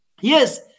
Yes